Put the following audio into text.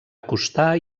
acostar